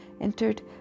entered